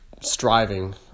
striving